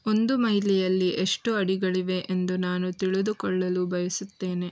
ಒಂದು ಮೈಲಿಯಲ್ಲಿ ಎಷ್ಟು ಅಡಿಗಳಿವೆ ಎಂದು ನಾನು ತಿಳಿದುಕೊಳ್ಳಲು ಬಯಸುತ್ತೇನೆ